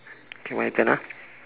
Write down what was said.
K my turn ah